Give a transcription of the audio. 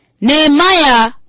Nehemiah